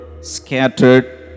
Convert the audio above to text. scattered